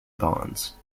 bonds